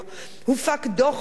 הופק דוח מפורט,